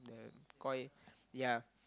the koi ya